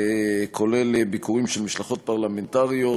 כולל ביקורים של משלחות פרלמנטריות,